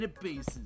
bases